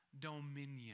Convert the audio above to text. dominion